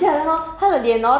possessed leh